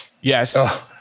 Yes